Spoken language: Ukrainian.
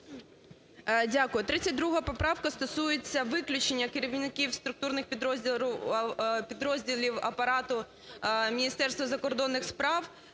Дякую. 32 поправка стосується виключення керівників структурних підрозділів Апарату Міністерства закордонних справ